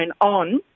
on